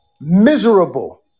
miserable